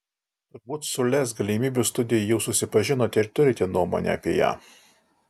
turbūt su lez galimybių studija jau susipažinote ir turite nuomonę apie ją